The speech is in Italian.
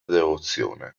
devozione